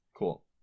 Cool